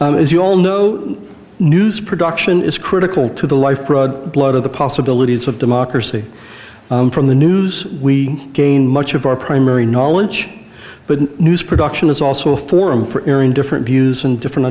as you all know news production is critical to the life blood of the possibilities of democracy from the news we gain much of our primary knowledge but news production is also a forum for airing different views and different